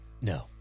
No